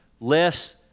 less